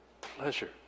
pleasure